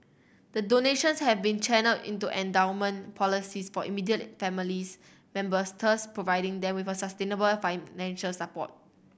the donations have been channelled into endowment policies for immediate families members thus providing them with sustainable financial support